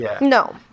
No